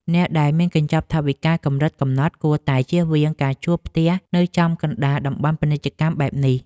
អ្នកដែលមានកញ្ចប់ថវិកាកម្រិតកំណត់គួរតែជៀសវាងការជួលផ្ទះនៅចំកណ្តាលតំបន់ពាណិជ្ជកម្មបែបនេះ។